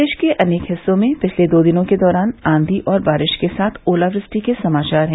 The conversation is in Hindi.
प्रदेश के अनेक हिस्सों में पिछले दो दिनों के दौरान आंधी और बारिश के साथ ओलावृष्टि के समाचार हैं